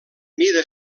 mida